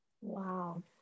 Wow